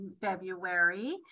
February